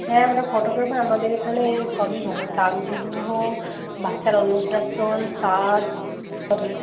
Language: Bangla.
হ্যাঁ আমরা ফটোগ্রাফার আমাদের এখানে সবই হয় প্রাক্বিবাহ বাচ্চার অন্নপ্রাশন সাধ সবই